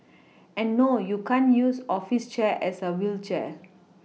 and no you can't use office chair as a wheelchair